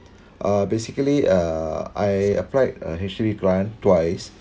uh basically uh I applied uh H_D_B grant twice